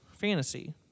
fantasy